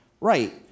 right